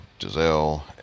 Giselle